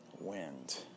wind